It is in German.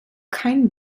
kein